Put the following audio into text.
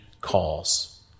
calls